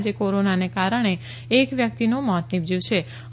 આજે કોરોનાને કારણે એક વ્યક્તિનું મોત નિપજ્યું છં